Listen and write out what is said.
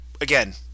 again